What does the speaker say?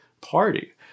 party